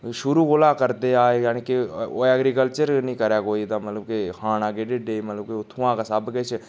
शुरू कोला करदे आए जानि कि ऐग्रीकल्चर नी करै कोई तां मतलब केह् खाना केह् ढिड्ढै मतलब के उत्थुआं गै सब किश